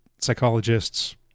psychologists